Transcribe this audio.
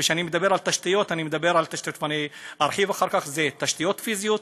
כשאני מדבר על תשתיות אני מדבר על תשתיות פיזיות,